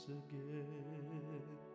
again